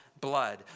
blood